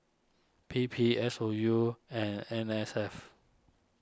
P P S O U and N S F